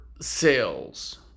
sales